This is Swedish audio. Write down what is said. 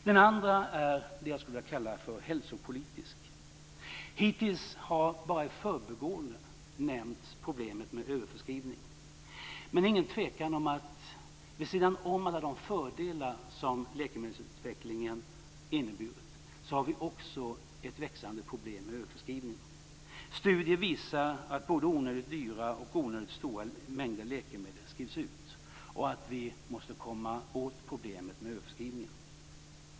Den andra är vad jag skulle vilja kalla hälsopolitisk. Hittills har bara i föregående nämnts problemet med överförskrivning. Men det är ingen tvekan om att vi, vid sidan av alla fördelar som läkemedelsutvecklingen inneburit, också har ett växande problem med överförskrivning. Studier visar att både onödigt dyra och onödigt stora mängder läkemedel skrivs ut och att vi måste komma åt problemet med överförskrivningar.